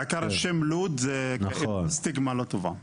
השם לוד זה סטיגמה לא טובה.